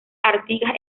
artigas